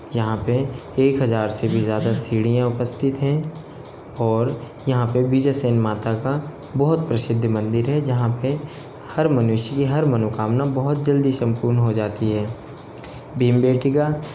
यहाँ पे एक हज़ार से भी ज़्यादा सीढ़ियाँ उपस्थित हैं और यहाँ पे भी जय सेन माता का बहुत प्रसिद्ध मंदिर है जहाँ पे हर मनुष्य की हर मनोकामना बहुत जल्दी सम्पूर्ण हो जाती है भीमबेटका